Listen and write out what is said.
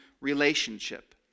relationship